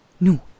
No